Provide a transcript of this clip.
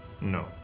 No